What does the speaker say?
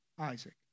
Isaac